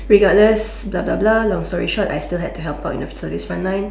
regardless blah blah blah long story short I still have to help out in the service front line